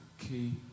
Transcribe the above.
Key